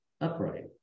upright